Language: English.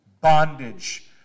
Bondage